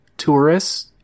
tourists